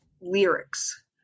lyrics